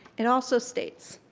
it also states,